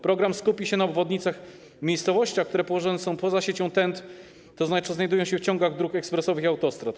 Program skupi się na obwodnicach miejscowości, które położone są poza siecią TEN-T, tzn. znajdują się w ciągach dróg ekspresowych i autostrad.